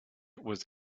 was